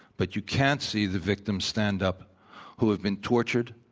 but you can't see the victims stand up who have been tortured,